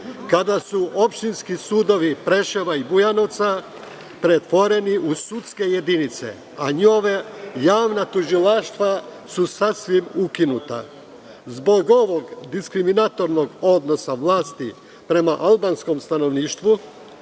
kada su opštinski sudovi Preševa i Bujanovca pretvoreni u sudske jedinice, a njihova javna tužilaštva su sasvim ukinuta. Zbog ovog diskriminatorskog odnosa vlasti prema albanskom stanovništvu